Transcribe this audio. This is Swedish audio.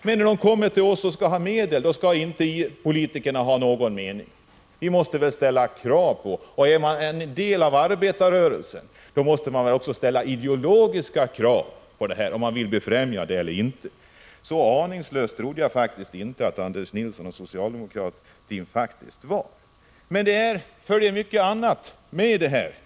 Men när den kommer till oss och vill ha medel, då skall vi politiker inte ha någon mening. Vi måste väl ställa krav? Är man en del av arbetarrörelsen måste man ju också ställa ideologiska krav och ta ställning till om man vill befrämja idrotten eller inte. Så aningslösa trodde jag faktiskt inte att Anders Nilsson och socialdemokratin var. Men det följer mycket annat med detta.